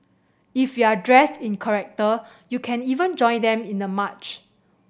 if you're dressed in character you can even join them in the march